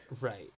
Right